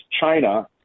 China